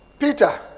Peter